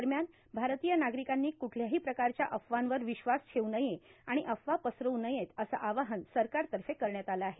दरम्यान भारतीय नागरिकांनी कुठल्याही प्रकारच्या अफवांवर विश्वास ठेवू नये आणि अफवा पसवून नये असं आवाहन सरकारतर्फे करण्यात आलं आहे